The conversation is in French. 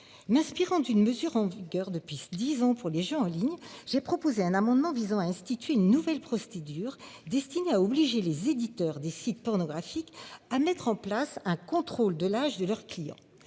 m'inspirant une mesure en vigueur depuis 10 ans pour les jeux en ligne. J'ai proposé un amendement visant à instituer une nouvelle Prost il dure destiné à obliger les éditeurs des sites pornographiques à mettre en place un contrôle de l'âge de leur clients